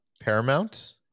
Paramount